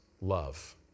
love